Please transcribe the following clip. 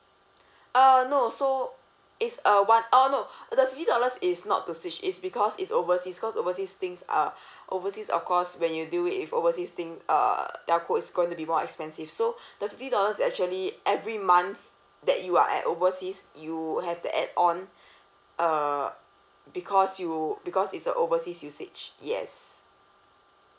uh no so is uh one oh no the fifty dollars is not to switch is because is overseas cause overseas things uh overseas of course when you do if overseas thing uh telco is going to be more expensive so the fifty dollars actually every month that you are at overseas you would have to add on uh because you because it's a overseas usage yes